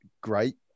Great